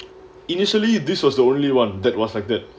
initially this was the only one that was like that